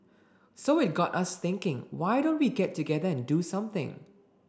so it got us thinking why don't we get together and do something